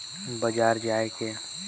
बजार मा धान के रेट ला कइसे पता करबो?